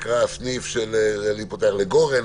האחת היא של אזור מוגבל והשנייה היא של הבידוד,